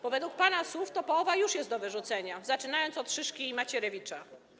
Bo według pana słów połowa już jest do wyrzucenia, zaczynając od Szyszki i Macierewicza.